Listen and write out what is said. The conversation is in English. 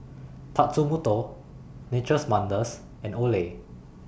Tatsumoto Nature's Wonders and Olay